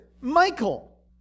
Michael